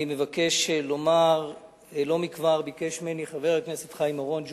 אני מבקש לומר שלא מכבר ביקש ממני חבר הכנסת חיים אורון,